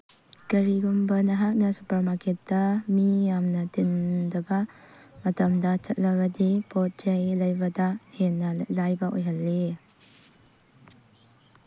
ꯀꯔꯤꯒꯨꯝꯕ ꯅꯍꯥꯛꯅ ꯁꯨꯄꯔꯃꯥꯔꯀꯦꯠꯇ ꯃꯤ ꯌꯥꯝꯅ ꯇꯤꯟꯗꯕ ꯃꯇꯝꯗ ꯆꯠꯂꯕꯗꯤ ꯄꯣꯠ ꯆꯩ ꯂꯩꯕꯗ ꯍꯦꯟꯅ ꯂꯥꯏꯕ ꯑꯣꯏꯍꯜꯂꯤ